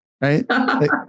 right